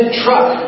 truck